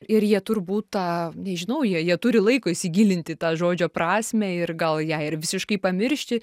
ir jie turbūt tą nežinau jie jie turi laiko įsigilinti į tą žodžio prasmę ir gal ją ir visiškai pamiršti